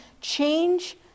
change